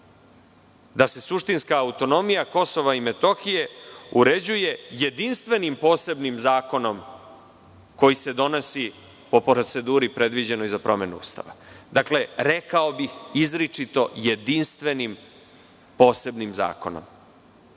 da se suštinska autonomija Kosova i Metohije uređuje jedinstvenim posebnim zakonom koji se donosi po proceduri predviđenoj za promenu Ustava. Dakle, rekao bi – izričito jedinstvenim posebnim zakonom,